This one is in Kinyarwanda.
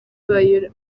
bayo